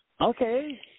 Okay